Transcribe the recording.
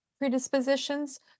Predispositions